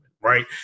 right